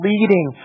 leading